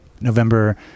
November